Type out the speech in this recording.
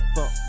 Fuck